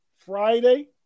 Friday